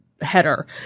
header